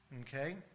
Okay